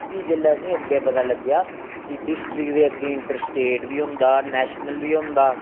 फ्ही जेल्लै असेंगी अग्गें पता लग्गेआ कि डिस्ट्रिक दे अग्गें इंटर स्टेट बी होंदा नेशनल बी होंदा